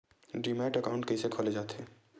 Demat account कइसे खोले जाथे?